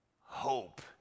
hope